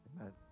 Amen